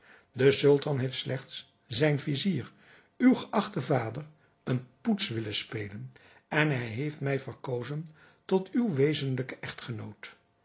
de sultan heeft slechts zijn vizier uw geachten vader eene poets willen spelen en hij heeft mij verkozen tot uw wezentlijken echtgenoot